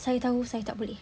saya tahu saya tak boleh